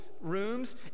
rooms